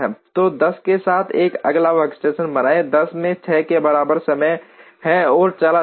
तो 10 के साथ एक अगला वर्कस्टेशन बनाएं 10 में 6 के बराबर समय है और चला जाता है